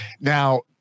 now